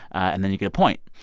and then you get a point.